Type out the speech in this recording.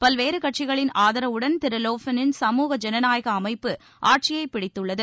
பல்வேறு கட்சிகளின் ஆதரவுடன் திரு வோஃபெளின் சமூக ஜனநாயக அமைப்பு ஆட்சியை பிடத்துள்ளது